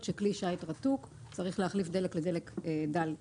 שכלי שיט רתוק צריך להחליף דלק לדלק דל-גופרית.